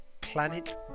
Planet